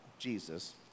Jesus